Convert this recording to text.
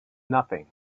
nothing